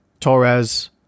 torres